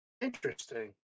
Interesting